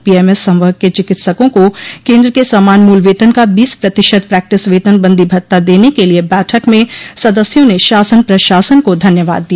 PMS संवर्ग के चिकित्सकों को केन्द्र के समान मूल वेतन का बीस प्रतिशत पैक्टिस वेतन बंदी भत्ता देने के लिये बैठक में सदस्यों ने शासन प्रशासन को धन्यवाद दिया